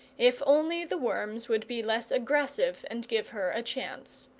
if only the worms would be less aggressive and give her a chance.